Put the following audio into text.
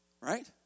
Right